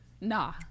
Nah